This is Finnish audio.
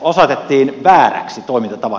osoitettiin vääräksi toimintatavaksi